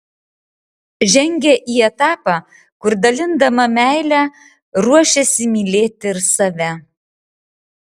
žengia į etapą kur dalindama meilę ruošiasi mylėti ir save